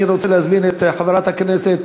אני רוצה להזמין את חברת הכנסת